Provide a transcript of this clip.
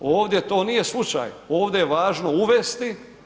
Ovdje to nije slučaj, ovdje je važno uvesti.